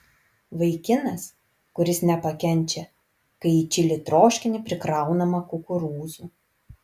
vaikinas kuris nepakenčia kai į čili troškinį prikraunama kukurūzų